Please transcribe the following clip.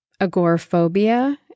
Agoraphobia